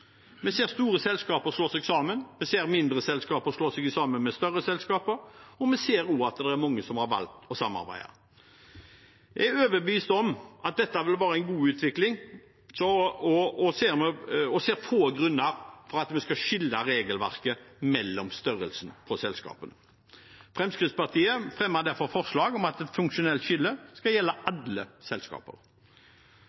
Vi ser store selskaper slå seg sammen, vi ser mindre selskaper slå seg sammen med større selskaper, og vi ser også at det er mange som har valgt å samarbeide. Jeg er overbevist om at dette vil være en god utvikling, og ser få grunner til at vi skal skille regelverket ut fra størrelsene på selskapene. Fremskrittspartiet fremmer derfor forslag om at et funksjonelt skille skal gjelde